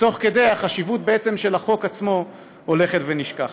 ותוך כדי, החשיבות של החוק עצמו הולכת ונשכחת.